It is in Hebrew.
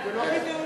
זה לא חידוש.